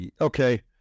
Okay